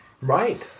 Right